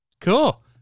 Cool